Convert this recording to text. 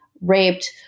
raped